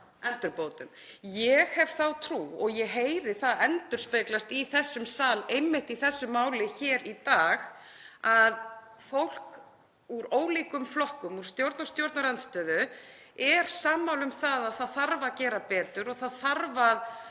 endurbótum. Ég hef þá trú, og ég sé það endurspeglast í þessum sal, einmitt í þessu máli í dag, að fólk úr ólíkum flokkum, í stjórn og stjórnarandstöðu, sé sammála um að það þurfi að gera betur. Það þarf að